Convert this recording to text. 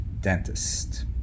Dentist